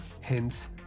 hence